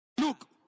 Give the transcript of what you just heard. Look